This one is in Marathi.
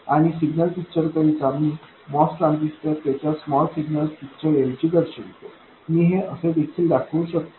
आणि सिग्नल पिक्चर करिता मी MOS ट्रान्झिस्टर त्याच्या स्मॉल सिग्नल पिक्चरऐवजी दर्शवितो मी हे असे देखील दाखवू शकतो